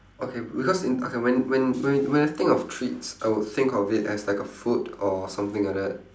okay because in okay when when whe~ when I think of treats I would think of it as like a food or something like that